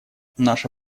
наша